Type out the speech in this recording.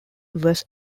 was